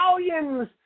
Italians